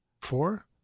four